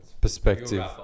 perspective